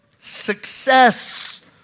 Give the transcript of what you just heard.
success